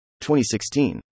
2016